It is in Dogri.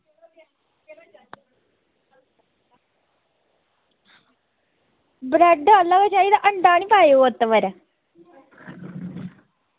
ब्रैड आह्ला चाहिदा अंडा निं इत्त च